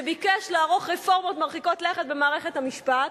שביקש לערוך רפורמות מרחיקות לכת במערכת המשפט,